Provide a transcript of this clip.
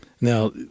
Now